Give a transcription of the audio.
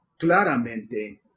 claramente